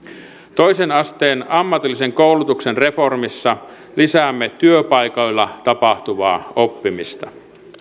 toisen asteen ammatillisen koulutuksen reformissa lisäämme työpaikoilla tapahtuvaa oppimista